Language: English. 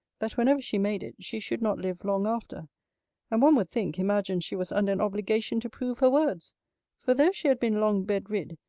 that whenever she made it, she should not live long after and, one would think, imagined she was under an obligation to prove her words for, though she had been long bed-rid,